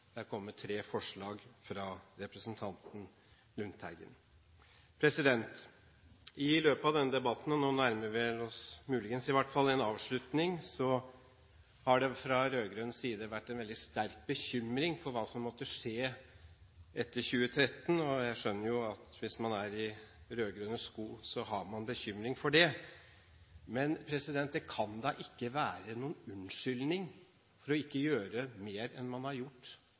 tre forslag fra representanten Lundteigen. I løpet av denne debatten – nå nærmer vi oss, muligens i alle fall, en avslutning – har det fra rød-grønn side vært en veldig sterk bekymring for hva som ville skje etter 2013. Jeg skjønner jo at hvis man er i rød-grønne sko, har man bekymring for det. Men det kan da ikke være noen unnskyldning for ikke å gjøre mer enn man har gjort